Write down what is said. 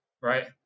right